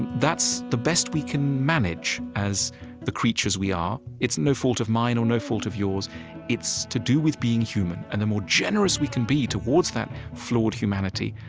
that's the best we can manage as the creatures we are. it's no fault of mine or no fault of yours it's to do with being human. and the more generous we can be towards that flawed humanity,